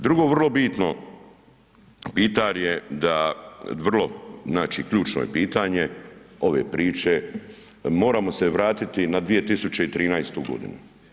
Drugo, vrlo bitno pitanje da vrlo, znači ključno je pitanje ove priče, moramo se vratiti na 2013. godinu.